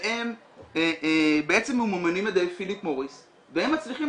והם בעצם ממומנים על ידי פיליפ מוריס והם מצליחים